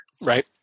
Right